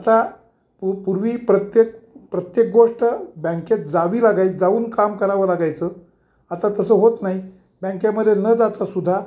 आता प पूर्वी प्रत्येक प्रत्येक गोष्ट बँकेत जावी लागाय जाऊन काम करावं लागायचं आता तसं होत नाही बँकेमध्ये न जाता सुद्धा